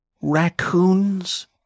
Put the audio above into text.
raccoons